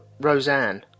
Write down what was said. Roseanne